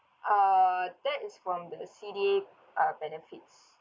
uh that is from the C_D_A uh benefits